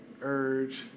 urge